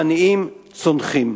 העניים צונחים.